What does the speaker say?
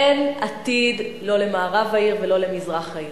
אין עתיד, לא למערב העיר ולא למזרח העיר.